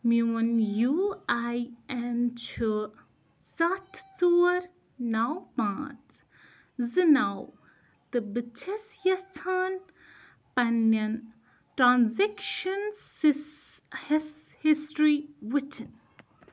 میٛون U I اٮ۪ن چھُ سَتھ ژور نو پانٛژھ زٕ نو تہٕ بہٕ چھَس یَژھان پنٕنٮ۪ن ٹرٛانٛزیکشن سِس ہَس ہِسٹری وُچھِنۍ